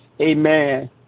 Amen